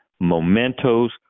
mementos